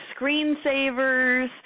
screensavers